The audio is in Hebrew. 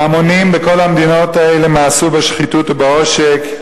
ההמונים בכל המדינות האלה מאסו בשחיתות ובעושק,